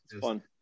fun